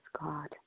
God